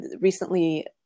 recently